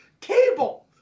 cable